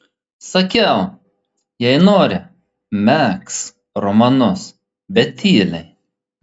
sakiau jei nori megzk romanus bet tyliai